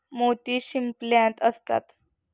मोती शिंपल्यात असतात